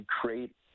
create